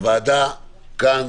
הוועדה כאן